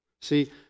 See